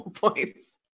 points